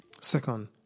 Second